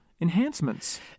enhancements